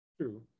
True